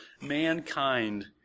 mankind